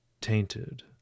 tainted